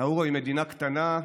נאורו היא מדינה קטנה,